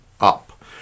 up